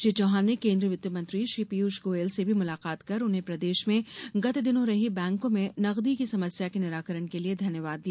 श्री चौहान ने कोन्द्रीय वित्त मंत्री श्री पीयूष गोयल से भी मुलाकात कर उन्हें प्रदेश में गत दिनों रही बैंकों में नगदी की समस्या के निराकरण के लिए धन्यवाद दिया